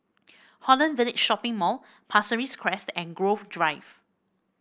Holland Village Shopping Mall Pasir Ris Crest and Grove Drive